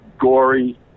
Gory